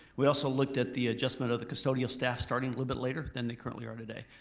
we also looked at the adjustment of the custodial staff starting a little bit later than they currently are today.